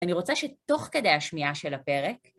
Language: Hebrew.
אני רוצה שתוך כדי השמיעה של הפרק,